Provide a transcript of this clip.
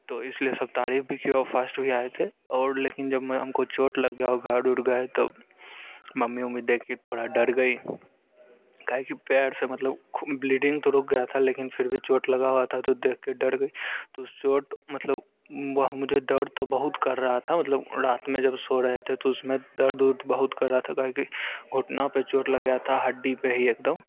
तो इस लिए सब तारीफ भी किया और फास्ट भी आये थे और लेकिन जब मैं हमको चोट लग गया हो गाड़ उड़ गया तब मम्मी उम्मीद है कि थोड़ा डर गई काहे की पैर से मतलब खून ब्लीडिंग तो रुक गया था लेकिन फिर भी चोट लगा हुआ था तो देख के डर गई तो चोट मतलब वह मुझे डर तो बहुत कर रहा था मतलब रात में जब सो रहे थे तो उसमें दर्द वध बहुत कर रहा था का है कि घुटनों पर चोट लग गया था हड्डी पर ही एकदम